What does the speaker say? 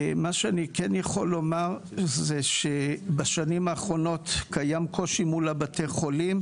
מה שאני כן יכול לומר זה שבשנים האחרונות קיים קושי מול בתי החולים.